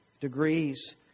degrees